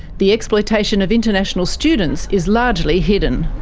the exploitation of international students is largely hidden.